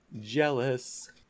Jealous